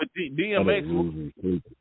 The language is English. DMX